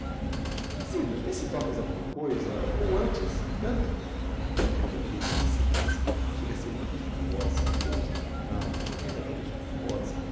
zina vê se tocas alguma coisa ou antes canta canta que é uma delicia principe chega a ser uma virtuose ouso affirmál o uma verdadeira virtuose